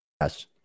Yes